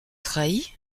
trahi